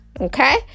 Okay